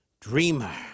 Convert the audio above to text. dreamer